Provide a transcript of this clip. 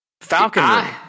falconry